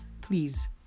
please